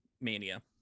mania